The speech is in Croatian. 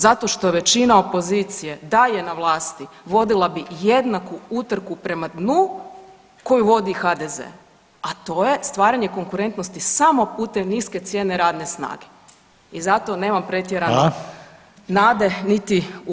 Zato što većina opozicije, da je na vlasti, vodila bi jednaku utrku prema dnu koju vodi i HDZ, a to je stvaranje konkurentnosti samo putem niske cijene radne snage i zato nemam pretjerano [[Upadica: Hvala.]] nade niti u